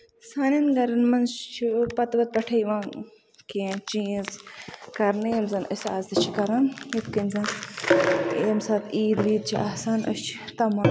سانٮ۪ن گرَن منٛز چھُ پَتہٕ وَتہٕ پٮ۪ٹھٕے یِوان کیٚنہہ چیٖز کرنہٕ ییٚلہِ زَن أسۍ آز تہِ چھِ کران یِتھ کٔنۍ زَن ییٚمہِ ساتہٕ عیٖد ویٖد چھِ آسان أسۍ چھِ